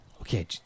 Okay